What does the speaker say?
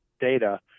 data